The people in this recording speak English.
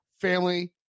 family